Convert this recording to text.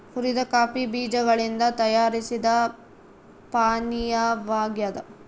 ಹುರಿದ ಕಾಫಿ ಬೀಜಗಳಿಂದ ತಯಾರಿಸಿದ ಪಾನೀಯವಾಗ್ಯದ